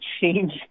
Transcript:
change